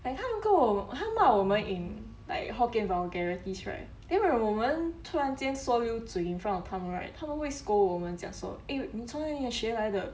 like 他们跟我他们骂我们 in like hokkien vulgarities right then when 我们突然间说溜嘴 in front of 他们 right 他们会 scold 我们讲 eh 你从哪学来的